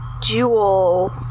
Jewel